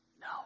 No